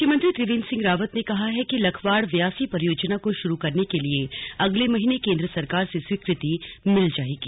मुख्यमंत्री त्रिवेंद्र सिंह रावत ने कहा है कि लखवाड़ व्यासी परियोजना को शुरू करने के लिए अगले महीने केंद्र सरकार से स्वीकृति मिल जाएगी